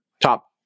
top